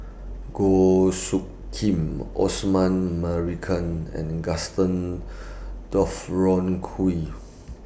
Goh Soo Khim Osman Merican and Gaston